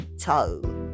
toe